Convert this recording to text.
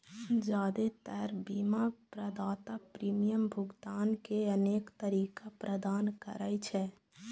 जादेतर बीमा प्रदाता प्रीमियम भुगतान के अनेक तरीका प्रदान करै छै